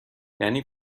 یعنی